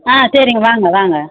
ஆ சரிங்க வாங்க வாங்க